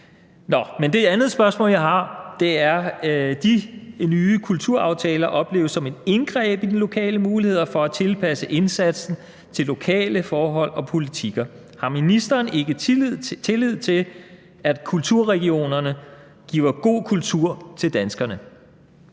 hinanden. Det andet spørgsmål, jeg har, er om de nye kulturaftaler. De opleves som et indgreb i den lokale mulighed for at tilpasse indsatsen til lokale forhold og politikker. Har ministeren ikke tillid til, at kulturregionerne giver god kultur til danskerne?